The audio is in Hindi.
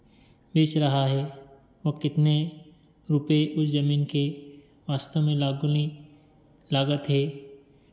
बेच रहा है वह कितने रुपये उस ज़मीन के वास्तव में लागुनी लागत है